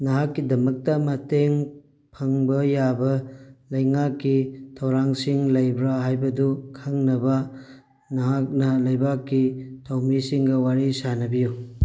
ꯅꯍꯥꯛꯀꯤꯗꯃꯛꯇ ꯃꯇꯦꯡ ꯐꯪꯕ ꯌꯥꯕ ꯂꯩꯉꯥꯛꯀꯤ ꯊꯧꯔꯥꯡꯁꯤꯡ ꯂꯩꯕ꯭ꯔꯥ ꯍꯥꯏꯕꯗꯨ ꯈꯪꯅꯕ ꯅꯍꯥꯛꯅ ꯂꯩꯕꯥꯛꯀꯤ ꯊꯧꯃꯤꯁꯤꯡꯒ ꯋꯥꯔꯤ ꯁꯥꯟꯅꯕꯤꯌꯨ